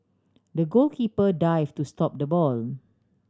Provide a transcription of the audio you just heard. the goalkeeper dive to stop the ball